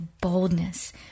boldness